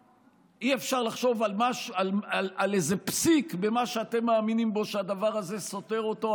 אי-אפשר לחשוב על איזה פסיק במה שאתם מאמינים בו שהדבר הזה סותר אותו.